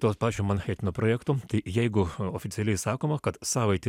to pačio manhatano projekto jeigu oficialiai sakoma kad savaitę